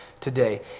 today